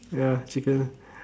ya chicken